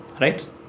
Right